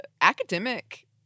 academic